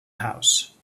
house